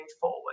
forward